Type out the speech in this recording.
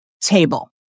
table